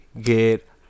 get